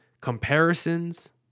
Comparisons